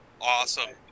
Awesome